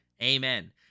Amen